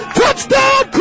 touchdown